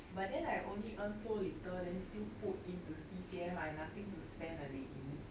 but then I only earn so little then still put into C_P_F I nothing to spend already